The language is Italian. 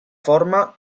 forma